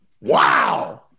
wow